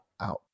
out